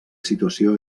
situació